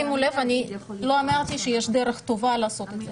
שימו לב לא אמרתי שיש דרך טובה לעשות את זה